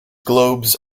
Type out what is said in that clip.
globes